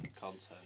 content